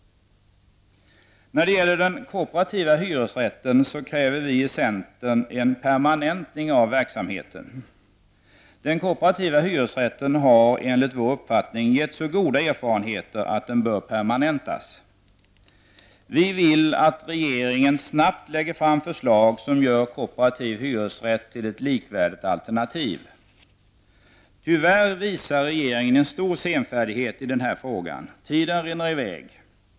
Vi i centern kräver en permanentning av verksamheten med kooperativa hyresrätter. Den kooperativa hyresrätten har enligt vår uppfattning gett så goda erfarenheter att den bör permanentas. Vi vill att regeringen snabbt lägger fram ett förslag som gör kooperativ hyresrätt till ett likvärdigt alternativ. Tyvärr visar regeringen en stor senfärdighet i den här frågan. Tiden rinner i väg.